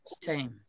team